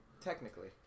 Technically